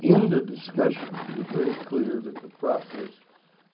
in the discussion, it was very clear that the process